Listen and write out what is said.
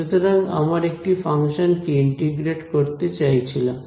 সুতরাং আমরা একটা ফাংশন কে ইন্টিগ্রেট করতে চাইছিলাম